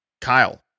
Kyle